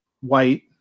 white